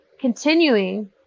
continuing